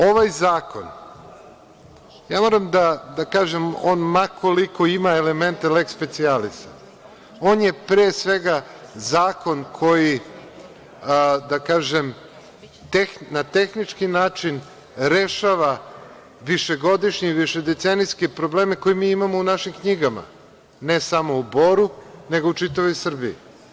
Ovaj zakon, ja moram da kažem, on ma koliko ima elemente leks specijalis, on je pre svega zakon koji, da kažem, na tehnički način rešava višegodišnje i višedecenijske probleme koje mi imamo u našim knjigama, ne samo u Boru, nego u čitavoj Srbiji.